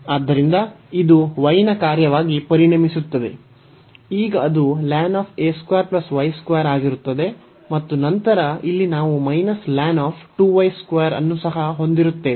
ಆದ್ದರಿಂದ ಇದು y ನ ಕಾರ್ಯವಾಗಿ ಪರಿಣಮಿಸುತ್ತದೆ ಈಗ ಅದು ಆಗಿರುತ್ತದೆ ಮತ್ತು ನಂತರ ಇಲ್ಲಿ ನಾವು ಅನ್ನು ಸಹ ಹೊಂದಿರುತ್ತೇವೆ